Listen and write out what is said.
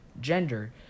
Gender